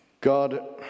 God